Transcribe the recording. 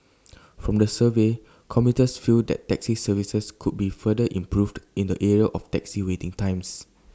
from the survey commuters feel that taxi services could be further improved in the area of taxi waiting times